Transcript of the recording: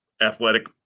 athletic